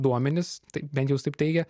duomenis tai bent jau taip teigia